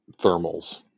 thermals